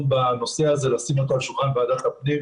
בנושא הזה ולשים אותו על שולחן ועדת הפנים.